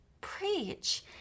preach